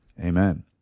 Amen